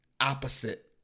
opposite